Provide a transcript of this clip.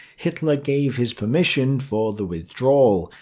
hitler gave his permission for the withdrawal,